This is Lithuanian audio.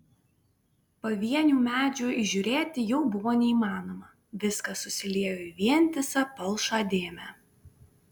pavienių medžių įžiūrėti jau buvo neįmanoma viskas susiliejo į vientisą palšą dėmę